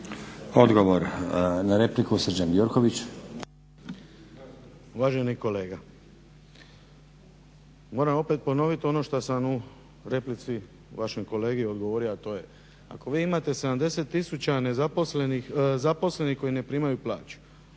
**Gjurković, Srđan (HNS)** Uvaženi kolega, moram opet ponoviti ono što sam u replici vašem kolegi odgovorio, a to je ako vi imate 70 zaposlenih koji ne primaju plaću